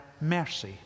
mercy